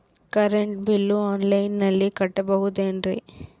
Current bill ಆನ್ಲೈನಿನಲ್ಲಿ ಕಟ್ಟಬಹುದು ಏನ್ರಿ?